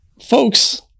Folks